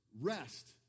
rest